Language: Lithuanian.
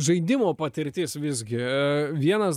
žaidimo patirtis visgi vienas